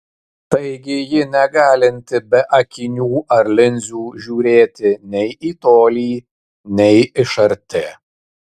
taigi ji negalinti be akinių ar linzių žiūrėti nei į tolį nei iš arti